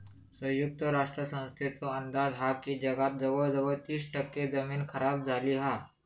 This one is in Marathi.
संयुक्त राष्ट्र संस्थेचो अंदाज हा की जगात जवळजवळ तीस टक्के जमीन खराब झाली हा